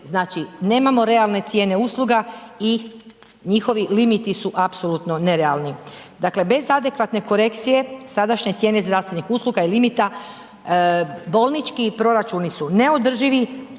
znači nemamo realne cijene usluga i njihovi limiti su apsolutno nerealni. Dakle bez adekvatne korekcije sadašnje cijene zdravstvenih usluga i limita, bolnički proračuni su neodrživi